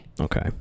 Okay